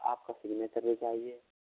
आपका सिग्नेचर भी चाहिए